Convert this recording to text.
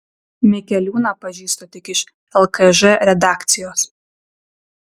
mikeliūną pažįstu tik iš lkž redakcijos